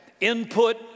input